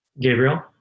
Gabriel